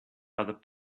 other